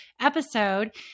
episode